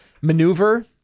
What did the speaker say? maneuver